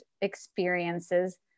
experiences